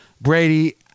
Brady